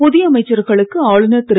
புதிய அமைச்சர்களுக்கு ஆளுநர் திரு